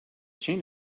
chain